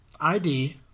ID